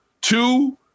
two